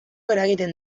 eragiten